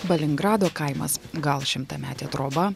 balingrado kaimas gal šimtametė troba